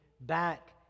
back